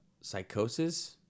Psychosis